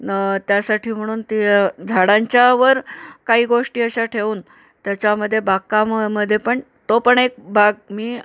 न त्यासाठी म्हणून ती झाडांच्यावर काही गोष्टी अशा ठेवून त्याच्यामध्ये बागकामामध्ये पण तो पण एक बाग मी